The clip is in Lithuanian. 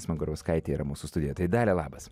smagurauskaitė yra mūsų studijoje tai dalia labas